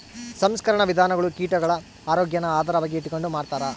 ಸಂಸ್ಕರಣಾ ವಿಧಾನಗುಳು ಕೀಟಗುಳ ಆರೋಗ್ಯಾನ ಆಧಾರವಾಗಿ ಇಟಗಂಡು ಮಾಡ್ತಾರ